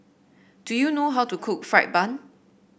do you know how to cook fried bun